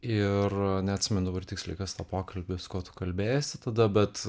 ir neatsimenu tiksliai kas tą pokalbį su kuo kalbėjaisi tada bet